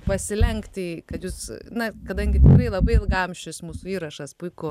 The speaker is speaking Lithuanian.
pasilenkti kad jūs na kadangi tikrai labai ilgam šis mūsų įrašas puiku